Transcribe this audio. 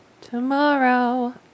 Tomorrow